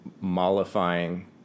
mollifying